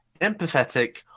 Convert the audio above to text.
empathetic